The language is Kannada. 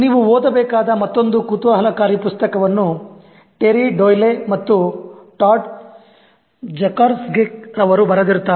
ನೀವು ಓದಬೇಕಾದ ಮತ್ತೊಂದು ಕುತೂಹಲಕಾರಿ ಪುಸ್ತಕವನ್ನು Terry Doyle ಮತ್ತು Todd Zakrajsek ಅವರು ಬರೆದಿದ್ದಾರೆ